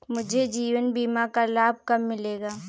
मुझे जीवन बीमा का लाभ कब मिलेगा?